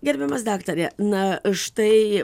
gerbiamas daktare na štai